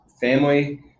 family